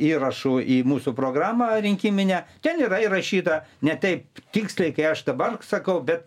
įrašų į mūsų programą rinkiminę ten yra įrašyta ne taip tiksliai kai aš dabar sakau bet